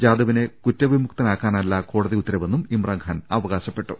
ജാദവിനെ കുറ്റവിമുക്തനാക്കാനല്ല കോടതിയുത്തരവെന്നും ഇമ്രാൻഖാൻ അവകാശപ്പെട്ടു